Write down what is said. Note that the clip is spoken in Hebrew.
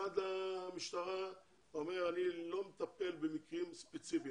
המשטרה אומר שהוא לא מטפל במקרים ספציפיים